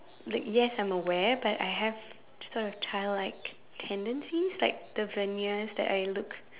like yes I'm aware but I have sort of trial like tendencies like the ventures that I look